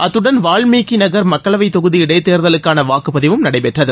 அத்துடன் வால்மீகி நகர் மக்களவை தொகுதி இடைத்தேர்தலுக்கான வாக்குப்பதிவும் நடைபெற்றது